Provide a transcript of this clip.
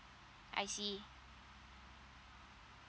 I see